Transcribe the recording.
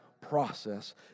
process